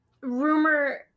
Rumor